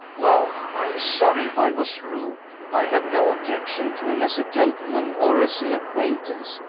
well, i'm sorry if i was rude. i have no objection to him as a gentleman or as an acquaintance,